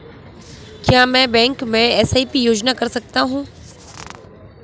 क्या मैं बैंक में एस.आई.पी योजना कर सकता हूँ?